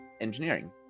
engineering